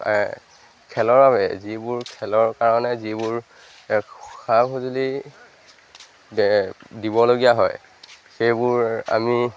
খেলৰ বাবে যিবোৰ খেলৰ কাৰণে যিবোৰ সা সঁজুলি দিবলগীয়া হয় সেইবোৰ আমি